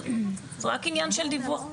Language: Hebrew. זה רק עניין של דיווח.